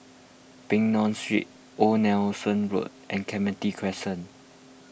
Peng Nguan Street Old Nelson Road and Clementi Crescent